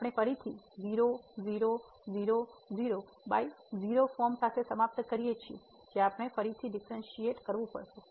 તેથી આપણે ફરીથી 0 0 0 0 બાય 0 ફોર્મ સાથે સમાપ્ત કરીએ છીએ જે આપણે ફરીથી ડિફ્રેનસીએટ કરવું પડશે